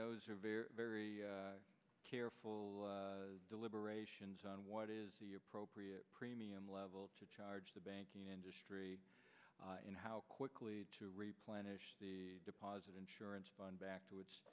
those are very very careful deliberations on what is appropriate premium level to charge the banking industry and how quickly to replenish the deposit insurance fund back to it